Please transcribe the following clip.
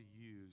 use